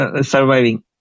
surviving